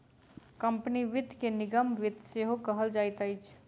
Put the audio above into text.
company वित्त के निगम वित्त सेहो कहल जाइत अछि